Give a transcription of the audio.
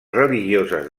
religioses